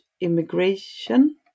immigration